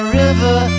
river